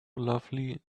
lovely